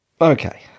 Okay